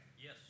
Yes